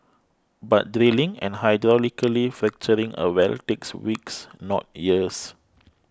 but drilling and hydraulically fracturing a well takes weeks not years